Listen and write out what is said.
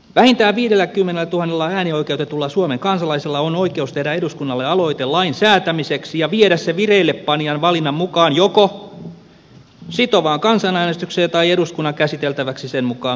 vähintään viidelläkymmenellätuhannella äänioikeutetulla suomen kansalaisella on oikeus tehdä eduskunnalle aloite lain säätämiseksi ja viedä se vireillepanijan valinnan mukaan joko sitovaan kansanäänestykseen tai eduskunnan käsiteltäväksi sen mukaan kuin lailla säädetään